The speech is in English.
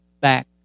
back